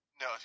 No